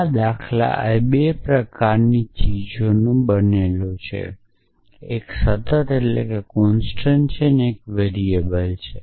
આ દાખલા 2 પ્રકારની ચીજોથી બનેલા છે એક સતત છે અને એક વેરીએબલ છે